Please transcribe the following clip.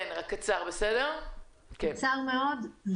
כל הדבר הזה הוא חדש לכל המפקחים.